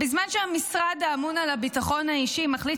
בזמן שהמשרד האמון על הביטחון האישי מחליט